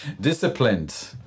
disciplined